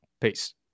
Peace